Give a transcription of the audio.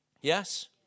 Yes